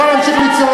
את יכולה להמשיך לצעוק,